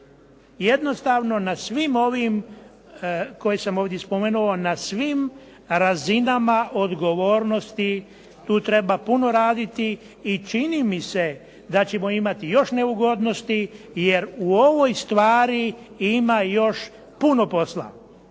Jednostavno na svim ovim koje sam ovdje spomenuo, na svim razinama odgovornosti tu treba puno raditi i čini mi se da ćemo imati još neugodnosti jer u ovoj stvari ima još puno posla